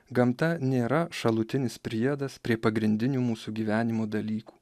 gamta nėra šalutinis priedas prie pagrindinių mūsų gyvenimo dalykų